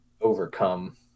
overcome